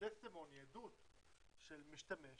עדות של משתמש